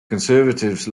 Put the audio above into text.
conservatives